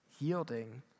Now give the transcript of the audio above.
yielding